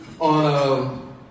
on